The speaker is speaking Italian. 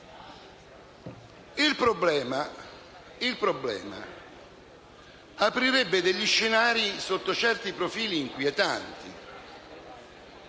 il problema aprirebbe degli scenari sotto certi profili inquietanti.